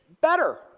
better